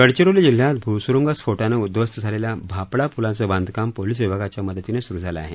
गडचिरोली जिल्ह्यात भूसुरुंगस्फोटानं उध्वस्त झालेल्या भापडा पुलाचं बांधकाम पोलीस विभागाच्या मदतीनं स्रु झालं आहे